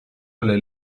alle